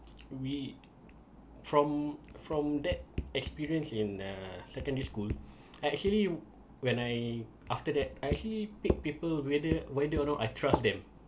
we from from that experience in uh secondary school I actually when I after that I actually pick people whether whether or not I trust them